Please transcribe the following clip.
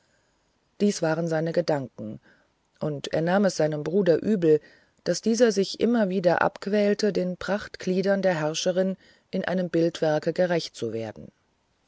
dies waren seine gedanken und er nahm es seinem bruder übel daß dieser sich immer wieder abquäle den prachtgliedern der herrscherin in einem bildwerke gerecht zu werden